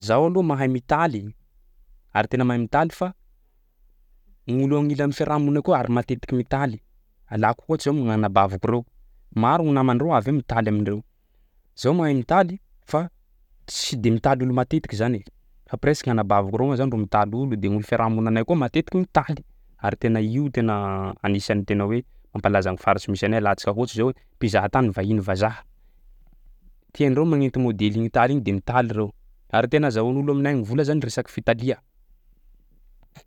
Zaho aloha mahay mitaly, ary tena mahay mitaly fa gny olo amin'ilan'ny fiarahamonina koa ary matetiky mitaly. Alako ohatsy zao gn'anabaviko reo, maro gny namandreo avy eo mitaly amindreo, zaho mahay mitaly fa tsy de mitaly olo matetiky zany e fa presque gn'anabaviko reo moa zany ro mitaly olo de gny olo fiarahamonina anay koa matetiky mitaly ary tena io tena anisan'ny tena hoe mampalaza ny faritsy misy anay alantsika ohatsy zao hoe mpizahan-tany vahiny vazaha, tiandreo magnenty môdely iny taly iny de mitaly reo. Ary tena azahoan'olo amignay vola zany resaky fitalia.